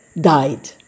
died